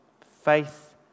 faith